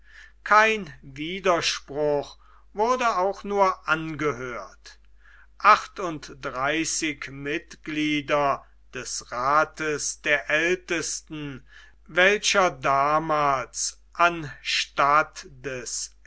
kein widerspruch wurde auch nur angehört achtunddreißig mitglieder des rats der ältesten welcher damals anstatt des